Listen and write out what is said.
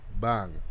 Bang